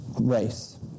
race